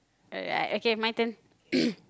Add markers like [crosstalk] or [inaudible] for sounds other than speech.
alright okay my turn [coughs]